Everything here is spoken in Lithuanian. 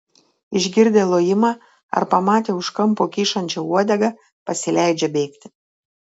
išgirdę lojimą ar pamatę už kampo kyšančią uodegą pasileidžia bėgti